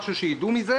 משהו שיידעו עליו.